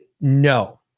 no